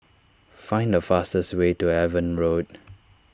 find the fastest way to Avon Road